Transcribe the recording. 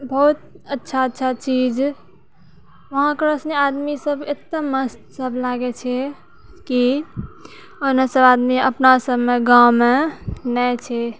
बहुत अच्छा अच्छा चीज वहाँकर सनी आदमीसब एतना मस्त सब लागै छै कि ओन्ने सब आदमी अपना सबमे गाँवमे नहि छै